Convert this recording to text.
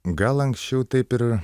gal anksčiau taip ir